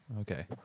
Okay